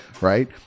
right